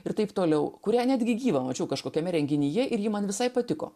ir taip toliau kurią netgi gyvą mačiau kažkokiame renginyje ir ji man visai patiko